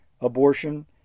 abortion